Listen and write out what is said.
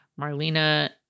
Marlena